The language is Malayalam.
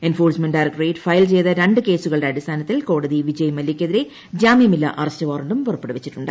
എൻഫോഴ്സ്മെന്റ ഡയറക്ടറേറ്റ് ഫയൽ ചെയ്ത രണ്ട് കേസുകളുടെ അടിസ്ഥാനത്തിൽ കോടതി വിജയ് മല്യയ്ക്കെതിരെ ജാമ്യമില്ലാ അറസ്റ്റ് വാറന്റും പുറപ്പെടുവിച്ചിട്ടുണ്ട്